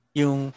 yung